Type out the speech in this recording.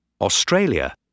Australia